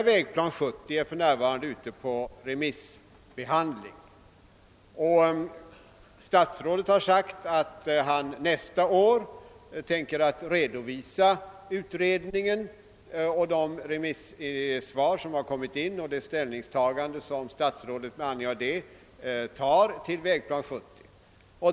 Vägplan 70 är för närvarande ute på remissbehandling, och statsrådet har uppgivit att han nästa år tänker redovisa utredningen och de remissvar som inkommit liksom statsrådets ställningstaganden med anledning därav.